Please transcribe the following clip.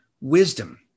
wisdom